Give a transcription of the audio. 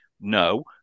no